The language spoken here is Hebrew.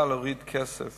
יש סמכות להוריד כסף